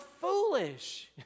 foolish